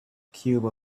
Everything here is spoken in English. cube